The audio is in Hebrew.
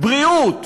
בריאות